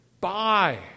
Buy